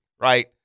right